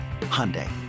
Hyundai